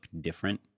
different